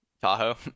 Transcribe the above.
tahoe